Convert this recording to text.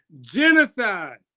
genocide